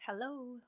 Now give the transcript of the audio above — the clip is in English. Hello